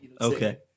Okay